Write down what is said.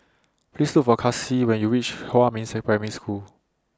Please Look For Kasie when YOU REACH Huamin's Primary School